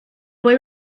boy